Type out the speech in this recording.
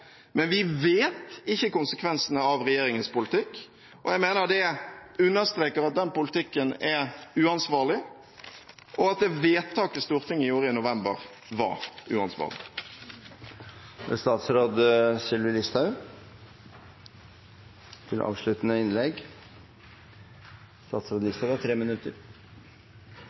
Men vi vet ikke hva som er konsekvensene av regjeringens politikk, og jeg mener det understreker at den politikken er uansvarlig, og at det vedtaket Stortinget gjorde i november, var